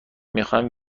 میخواستم